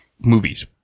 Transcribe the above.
movies